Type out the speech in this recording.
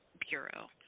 bureau